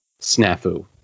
snafu